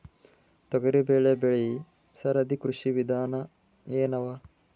ತೊಗರಿಬೇಳೆ ಬೆಳಿ ಸರದಿ ಕೃಷಿ ವಿಧಾನ ಎನವ?